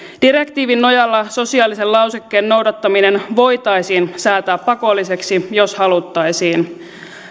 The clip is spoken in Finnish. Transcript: direktiivin nojalla sosiaalisen lausekkeen noudattaminen voitaisiin säätää pakolliseksi jos haluttaisiin